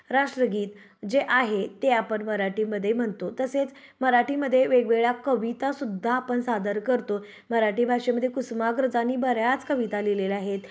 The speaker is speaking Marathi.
राष्ट्रगीत जे आहे ते आपण मराठीमध्ये म्हणतो तसेच मराठीमध्ये वेगवेगळ्या कवितासुद्धा आपण सादर करतो मराठी भाषेमध्ये कुसमाग्रजांनी बऱ्याच कविता लिहिलेल्या आहेत